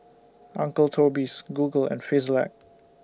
Uncle Toby's Google and Frisolac